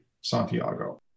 Santiago